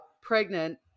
pregnant